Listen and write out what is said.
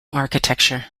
architecture